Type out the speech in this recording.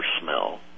smell